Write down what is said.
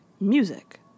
music